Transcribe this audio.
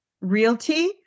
Realty